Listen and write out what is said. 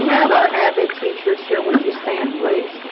have our avid teachers here would you stand please